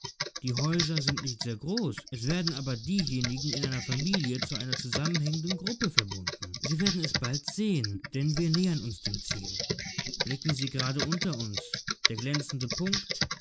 die häuser sind nicht sehr groß es werden aber diejenigen einer familie zu einer zusammenhängenden gruppe verbunden sie werden es bald sehen denn wir nähern uns dem ziel blicken sie gerade unter uns der glänzende punkt